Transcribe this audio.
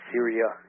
Syria